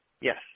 Yes